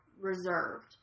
reserved